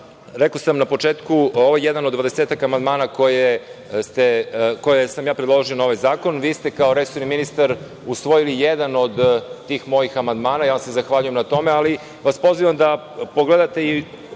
sam na početku, ovo je jedan od dvadesetak amandmana koje sam ja predložio na ovaj zakon. Vi ste kao resoran ministar usvojili jedan od tih mojih amandmana. Ja se zahvaljujem na tome, ali vas pozivam da pogledate i